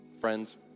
friends